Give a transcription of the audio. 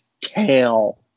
tail